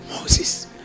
Moses